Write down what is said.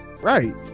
right